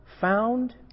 found